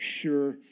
sure